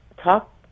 Talk